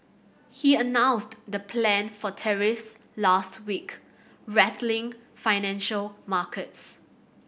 he announced the plan for tariffs last week rattling financial markets